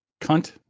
cunt